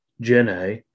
Jenna